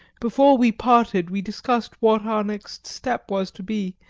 before we parted, we discussed what our next step was to be,